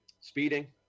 speeding